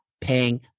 paying